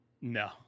No